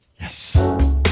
yes